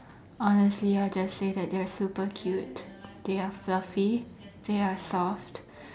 honestly I'll just say that they are super cute they are fluffy they are soft